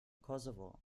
kosovo